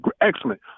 excellent